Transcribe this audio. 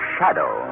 Shadow